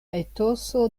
etoso